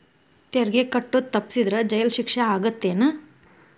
ತೆರಿಗೆ ಕಟ್ಟೋದ್ ತಪ್ಸಿದ್ರ ಜೈಲ್ ಶಿಕ್ಷೆ ಆಗತ್ತೇನ್